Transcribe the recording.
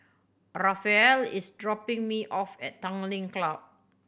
Raphael is dropping me off at Tanglin Club